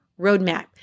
Roadmap